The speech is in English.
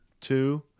two